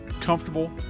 Comfortable